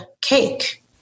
cake